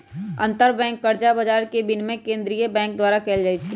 अंतरबैंक कर्जा बजार के विनियमन केंद्रीय बैंक द्वारा कएल जाइ छइ